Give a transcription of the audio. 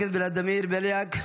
חבר הכנסת ולדימיר בליאק,